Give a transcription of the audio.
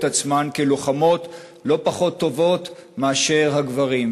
עצמן כלוחמות לא פחות טובות מאשר הגברים.